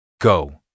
Go